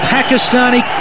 Pakistani